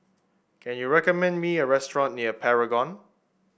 can you recommend me a restaurant near Paragon